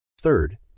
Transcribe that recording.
Third